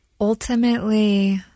Ultimately